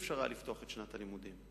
אי-אפשר היה לפתוח את שנת הלימודים.